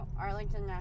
Arlington